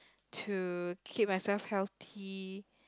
to keep myself healthy